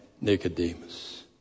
Nicodemus